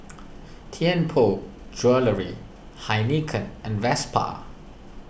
Tianpo Jewellery Heinekein and Vespa